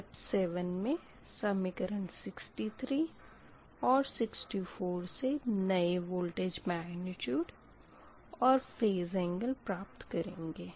step 7 मे समीकरण 63 और 64 से नए वोल्टेज मेग्निट्यूड और फ़ेज एंगल प्राप्त करेंगे